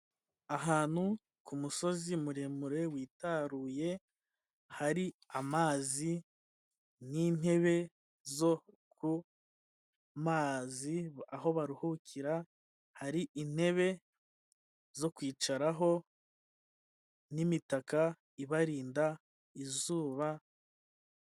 Ahantu ku musozi muremure witaruye hari amazi nk’intebe zo ku mazi, aho baruhukira hari intebe zo kwicaraho n'imitaka ibarinda izuba.